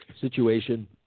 situation